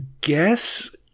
guess